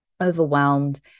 overwhelmed